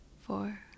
four